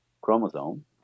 chromosome